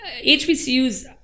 HBCUs